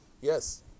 Yes